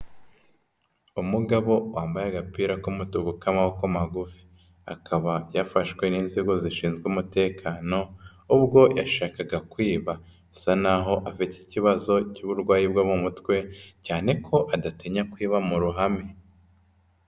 Umugabo wambaye agapira k'umutuku k'amaboko magufi, akaba yafashwe n'inzego zishinzwe umutekano ubwo yashakaga kwiba, bisa naho afite ikibazo cy'uburwayi bwo mu mutwe, cyane ko adatinya kwiba mu ruhame.